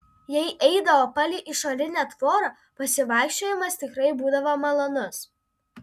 jei eidavo palei išorinę tvorą pasivaikščiojimas tikrai būdavo malonus